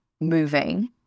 moving